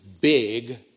big